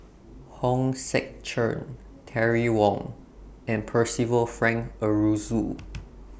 Hong Sek Chern Terry Wong and Percival Frank Aroozoo